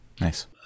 nice